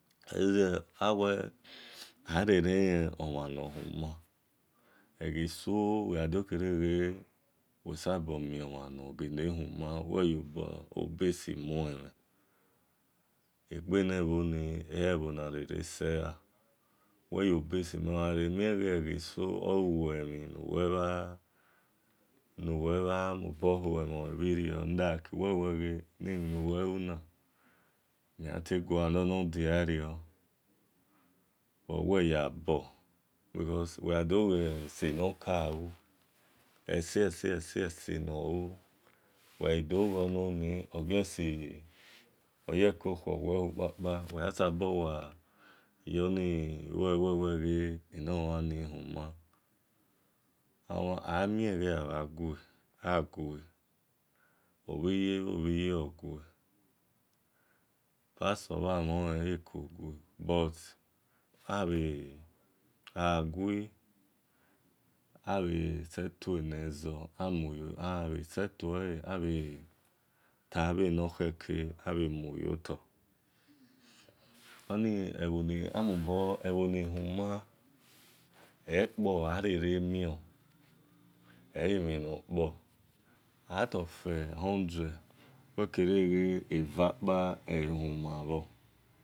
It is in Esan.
Oleze awel arerele omhan nor huma eghe so wel dorere ghe wel sabo miomhan nor huna wel yobesi mue egbene bhoni e̱ ebho na rere se̱ a wel yobesi mue oghare mie ghe egheso oluemhi nuwe mhan mobo buemholen bhirio wel wel ghe enemhi nuwel lu na mel mhan tel hol nor diano or wel yaba because wel gha dor ghese kalu ese ese nor lu eghai mue nighoni refo ekue seno mhanila emhan ghi mie nigho ni mue gbenomhania emufua emhi kike kike nor ghi sumu bho tel enagbona nimu ghiyona oghimhe bo diahe oghs koto dun daniani wil gha kio omhan ekekekekekeke namie we gha omhan ya deba ene bhoni ne ria ni enebhoni neka ruwa ghoni yadebalon ebe mhan gba oleshie wel na kere wel ghe wel gha bie